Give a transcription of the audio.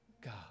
God